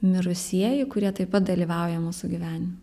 mirusieji kurie taip pat dalyvauja mūsų gyvenim